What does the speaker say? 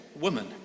woman